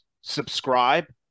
Subscribe